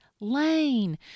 lane